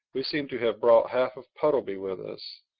we seem to have brought half of puddleby with us.